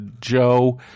Joe